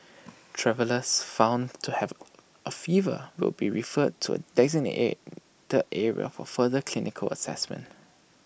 travellers found to have A fever will be referred to A area for further clinical Assessment